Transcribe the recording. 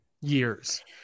years